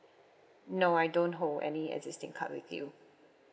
no I don't hold any existing card with you